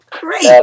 Great